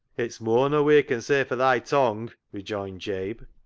it's moar nor we can say for thy tongue, rejoined jabe.